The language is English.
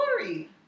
glory